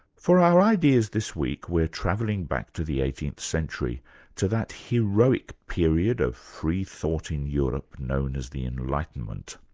for our ideas this week, we're travelling back to the eighteenth century to that heroic period of free thought in europe known as the enlightenment.